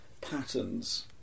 patterns